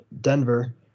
Denver